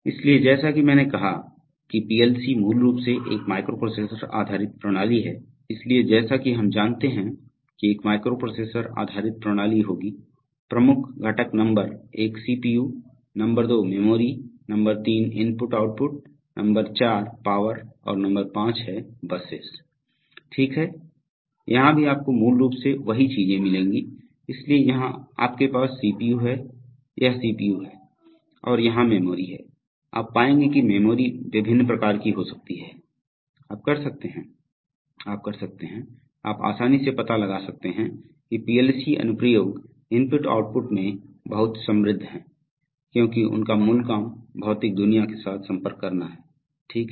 इसलिए जैसा कि मैंने कहा कि पीएलसी मूल रूप से एक माइक्रोप्रोसेसर आधारित प्रणाली है इसलिए जैसा कि हम जानते हैं कि एक माइक्रोप्रोसेसर आधारित प्रणाली होगी प्रमुख घटक नंबर एक सीपीयू नंबर दो मेमोरी नंबर तीन इनपुट आउटपुट नंबर चार पावर और नंबर पांच हैं बसे ठीक है यहां भी आपको मूल रूप से वही चीजें मिलेंगी इसलिए यहां आपके पास सीपीयू है यह सीपीयू है और यहां मेमोरी है आप पाएंगे कि मेमोरी विभिन्न प्रकार की हो सकती है आप कर सकते हैं आप कर सकते हैं आप आसानी से पता लगा सकते हैं कि पीएलसी अनुप्रयोग IO में बहुत समृद्ध हैं क्योंकि उनका मूल काम भौतिक दुनिया के साथ संपर्क करना है ठीक है